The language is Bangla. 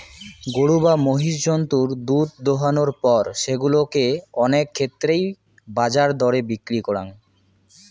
গরু বা মহিষ জন্তুর দুধ দোহানোর পর সেগুলা কে অনেক ক্ষেত্রেই বাজার দরে বিক্রি করাং